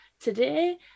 today